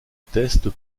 test